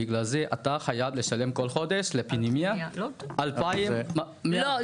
ובגלל זה אתה חייב לשלם כל חודש לפנימייה אלפיים --- טירה,